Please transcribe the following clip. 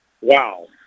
Wow